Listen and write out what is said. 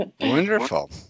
Wonderful